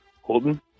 Holden